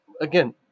again